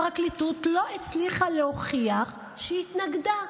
הפרקליטות לא הצליחה להוכיח שהיא התנגדה.